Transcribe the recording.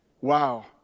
Wow